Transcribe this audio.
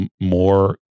more